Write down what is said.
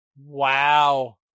Wow